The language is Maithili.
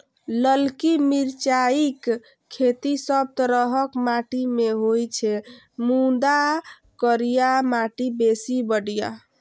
ललकी मिरचाइक खेती सब तरहक माटि मे होइ छै, मुदा करिया माटि बेसी बढ़िया